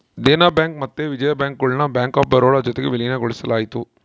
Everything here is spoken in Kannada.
ದೇನ ಬ್ಯಾಂಕ್ ಮತ್ತೆ ವಿಜಯ ಬ್ಯಾಂಕ್ ಗುಳ್ನ ಬ್ಯಾಂಕ್ ಆಫ್ ಬರೋಡ ಜೊತಿಗೆ ವಿಲೀನಗೊಳಿಸಲಾಯಿತು